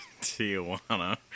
Tijuana